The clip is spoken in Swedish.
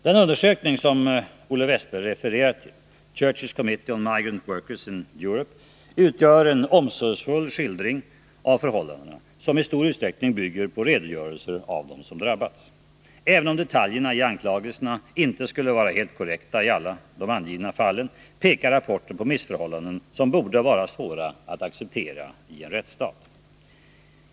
Den undersökning som Olle Wästberg refererar till, Churches Committee on Migrant Workers in Europe, utgör en omsorgsfull skildring av förhållandena, som i stor utsträckning bygger på redogörelser av dem som drabbats. Även om detaljerna i anklagelserna inte skulle vara helt korrekta i alla de angivna fallen, pekar rapporten på missförhållanden som borde vara svåra att acceptera i en rättsstat.